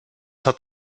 hat